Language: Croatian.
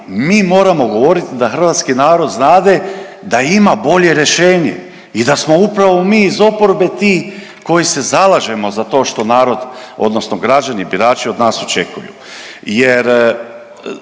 mi moramo govoriti da hrvatski narod znade da ima bolje rješenje i da smo upravo mi iz oporbe ti koji se zalažemo za to što narod, odnosno građani, birači od nas očekuju.